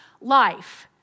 life